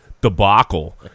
debacle